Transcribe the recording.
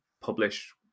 publish